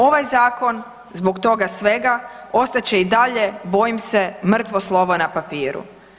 Ovaj zakon zbog toga svega ostat će i dalje bojim se mrtvo slovo na papiru.